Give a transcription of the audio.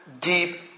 deep